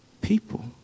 People